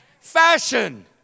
Fashion